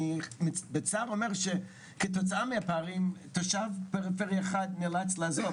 ואני אומר בצער שכתוצאה מהפערים תושב פריפריה אחד נאלץ לעזוב,